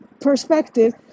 perspective